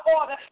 order